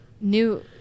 New